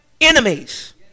enemies